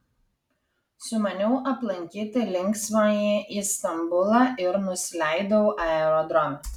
sumaniau aplankyti linksmąjį istambulą ir nusileidau aerodrome